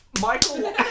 Michael